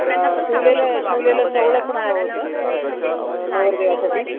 बरं शिवलेलं शिवलेलं सोवळं पण हवं होतं नवरदेवासाठी